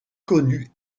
connues